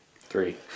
three